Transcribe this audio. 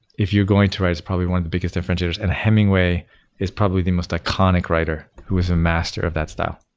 if you going to write, it's probably one of the biggest infringers, and hemingway is probably the most iconic writer who is a master of that style.